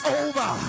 over